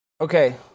Okay